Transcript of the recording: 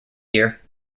year